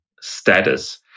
status